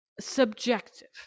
subjective